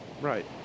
Right